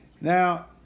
now